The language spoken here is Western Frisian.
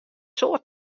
soad